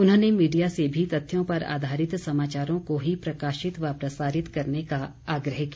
उन्होंने मीडिया से भी तथ्यों पर आधारित समाचारों को ही प्रकाशित या प्रसारित करने का आग्रह किया